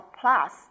plus